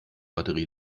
batterie